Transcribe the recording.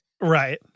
Right